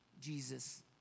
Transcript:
Jesus